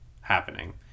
happening